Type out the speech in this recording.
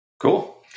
Cool